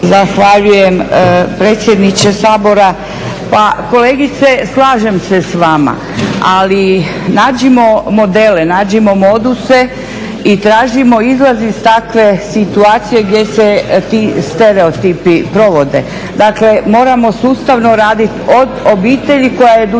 Zahvaljujem predsjedniče Sabora. Pa kolegice slažem se sa vama, ali nađimo modele, nađimo moduse i tražimo izlaz iz takve situacije gdje se ti stereotipi provode. Dakle, moramo sustavno raditi od obitelji koja educira